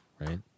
right